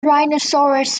rhinoceros